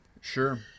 Sure